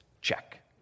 Check